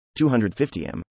250M